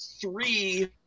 three